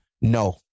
no